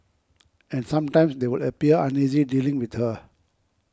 and sometimes they would appear uneasy dealing with her